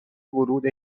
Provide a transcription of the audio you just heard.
ورود